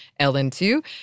LN2